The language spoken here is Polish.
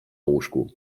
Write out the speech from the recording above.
łóżku